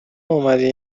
اومدی